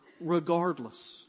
Regardless